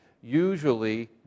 Usually